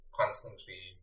constantly